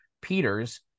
Peter's